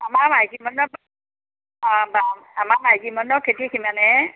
আমাৰ মাইকী মানুহৰ অঁ অঁ আমাৰ মাইকী মানুহৰ খেতি সিমানহে